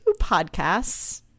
podcasts